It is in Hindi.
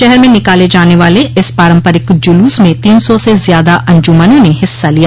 शहर में निकाले जाने वाले इस पारम्परिक जुलूस में ेतीन सौ से ज्यादा अंजुमनों ने हिस्सा लिया